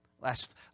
Last